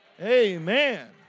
Amen